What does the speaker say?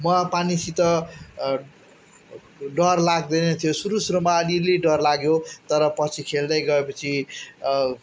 मलाई पानीसित डर लाग्दैन थियो सुरु सुरुमा अलि अलि डर लाग्यो तर पछि खेल्दै गए पछि